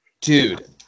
Dude